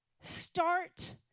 start